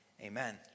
Amen